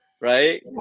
right